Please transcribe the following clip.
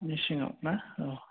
मेसेंआवना औ